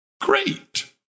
great